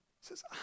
says